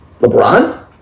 LeBron